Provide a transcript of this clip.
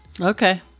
Okay